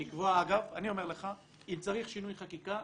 אם צריך שינוי חקיקה,